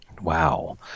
Wow